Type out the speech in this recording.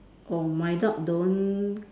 oh my dog don't